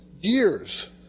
years